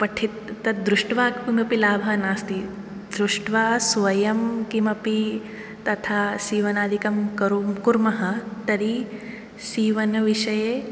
पठित तद् दृष्ट्वा किमपि लाभः नास्ति दृष्ट्वा स्वयं किमपि तथा सीवनादिकं करो कुर्मः तर्हि सीवनविषये